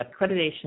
accreditation